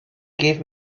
gave